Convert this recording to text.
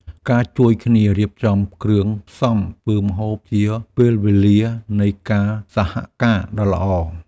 ការជួយគ្នារៀបចំគ្រឿងផ្សំធ្វើម្ហូបជាពេលវេលានៃការសហការដ៏ល្អ។